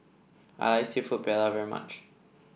I like seafood Paella very much